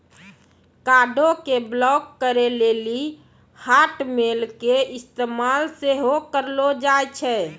कार्डो के ब्लाक करे लेली हाटमेल के इस्तेमाल सेहो करलो जाय छै